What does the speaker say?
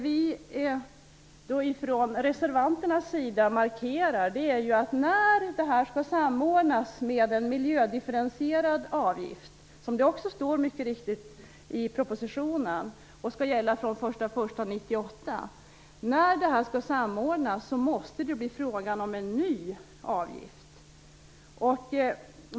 Vi reservanter markerar att när det här skall samordnas med en miljödifferentierad avgift - det står mycket riktigt i propositionen att den skall gälla från den 1 januari 1998 - måste det bli frågan om en ny avgift.